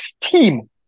team